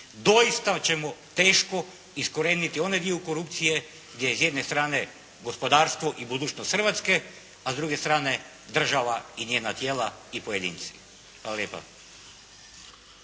doista ćemo teško iskorijeniti onaj dio korupcije gdje iz jedne strane gospodarstvo i budućnost Hrvatske, a s druge strane država i njena tijela i pojedinci. Hvala lijepa.